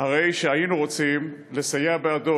הרי שהיינו רוצים לסייע בידו,